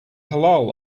halal